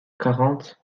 quarante